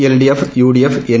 LDF UDF N